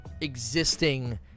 Existing